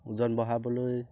ওজন বঢ়াবলৈ